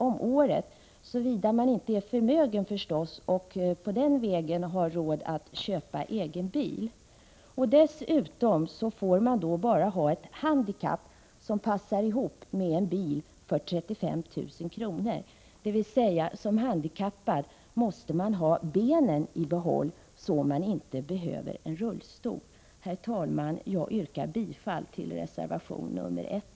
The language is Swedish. om året, såvida vederbörande inte är förmögen förstås, och på den vägen har råd att köpa egen bil. Dessutom får man bara ha ett handikapp som passar ihop med en bil för 35 000 kr. Detta innebär att man som handikappad måste ha benen i behåll så att man inte behöver en rullstol. Herr talman! Jag yrkar bifall till reservation nr 1.